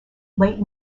late